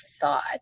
thought